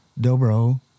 dobro